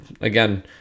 again